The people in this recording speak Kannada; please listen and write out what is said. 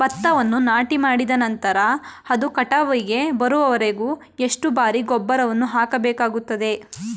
ಭತ್ತವನ್ನು ನಾಟಿಮಾಡಿದ ನಂತರ ಅದು ಕಟಾವಿಗೆ ಬರುವವರೆಗೆ ಎಷ್ಟು ಬಾರಿ ಗೊಬ್ಬರವನ್ನು ಹಾಕಬೇಕಾಗುತ್ತದೆ?